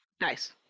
Nice